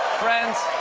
friends!